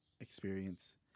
experience